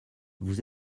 vous